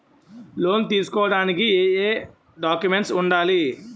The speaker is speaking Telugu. లోన్ తీసుకోడానికి ఏయే డాక్యుమెంట్స్ వుండాలి?